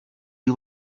you